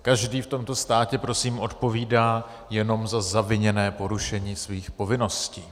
Každý v tomto státě prosím odpovídá jenom za zaviněné porušení svých povinností.